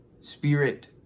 spirit